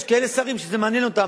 יש כאלה שרים שזה מעניין אותם.